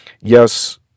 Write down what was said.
Yes